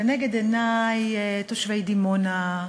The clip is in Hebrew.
לנגד עיני תושבי דימונה,